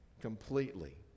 completely